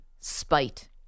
spite